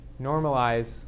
normalize